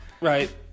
Right